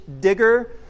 digger